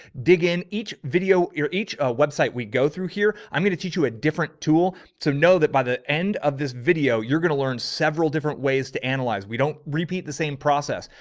dig in each video. you're each a website we go through here. i'm going to teach you a different tool to know that by the end of this video, you're going to learn several different ways to analyze we don't. repeat the same process.